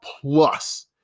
plus